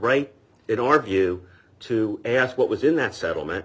right in our view to ask what was in that settlement